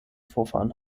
vorfahren